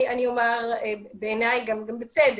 בעיניי גם בצדק.